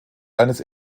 eines